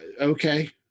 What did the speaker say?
okay